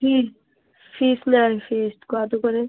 ফিস fees নেয় fees কত করে